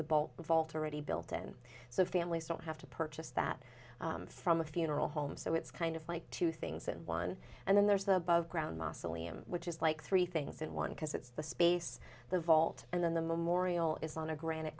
altar ready built in so families don't have to purchase that from a funeral home so it's kind of like two things and one and then there's the above ground mausoleum which is like three things in one because it's the space the vault and then the memorial is on a granite